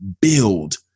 build